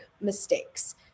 mistakes